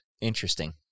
Interesting